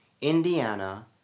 Indiana